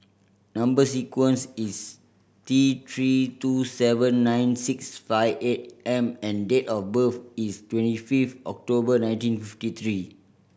number sequence is T Three two seven nine six five eight M and date of birth is twenty fifth October nineteen fifty three